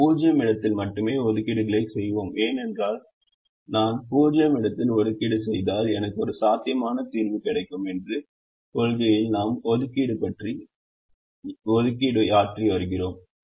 நாம் 0 இடத்தில் மட்டுமே ஒதுக்கீடு களைச் செய்வோம் ஏனென்றால் நான் 0 இடத்தில் ஒதுக்கீடு செய்தால் எனக்கு ஒரு சாத்தியமான தீர்வு கிடைக்கும் என்ற கொள்கையில் நாம் ஒதுக்கீடு யாற்றி வருகிறோம்